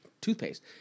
toothpaste